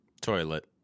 toilet